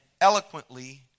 eloquently